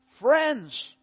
Friends